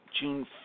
June